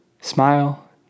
smile